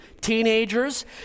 teenagers